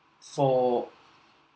for